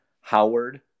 Howard